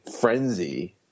frenzy